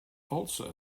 also